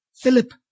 Philip